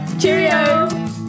cheerio